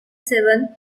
seventh